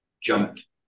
jumped